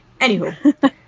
Anywho